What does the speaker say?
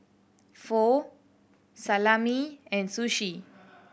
Pho Salami and Sushi